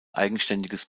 eigenständiges